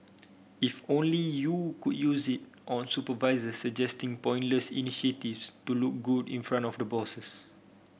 if only you could use it on supervisor suggesting pointless initiatives to look good in front of the bosses